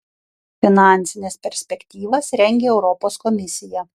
finansines perspektyvas rengia europos komisija